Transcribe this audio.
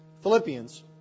Philippians